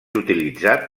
utilitzat